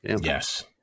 Yes